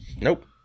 Nope